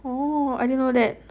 oh I didn't know that